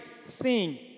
sing